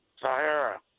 Sahara